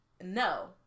No